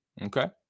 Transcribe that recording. Okay